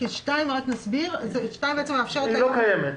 היא לא קיימת.